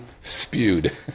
spewed